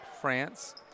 France